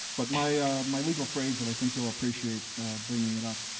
but my ah my legal phrase that i think you'll appreciate bringing it up,